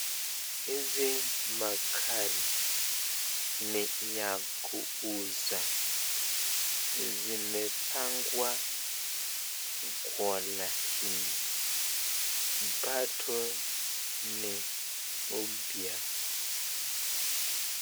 Hizi magari ni ya kuuza. Zimemepangwa kwa laini. Mkato ni upya.